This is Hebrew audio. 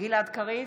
גלעד קריב,